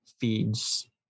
feeds